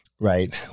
right